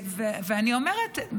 אני אומרת,